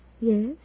Yes